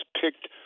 picked